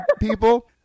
people